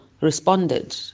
responded